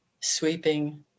sweeping